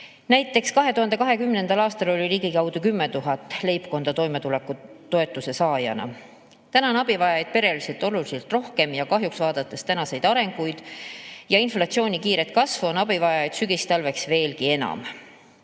Näiteks 2020. aastal oli ligikaudu 10 000 leibkonda toimetulekutoetuse saaja. Täna on abivajavaid peresid oluliselt rohkem ja kahjuks, vaadates tänaseid arenguid ja inflatsiooni kiiret kasvu, on abivajajaid sügistalveks veelgi enam.